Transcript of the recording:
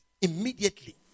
immediately